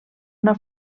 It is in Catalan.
una